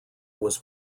was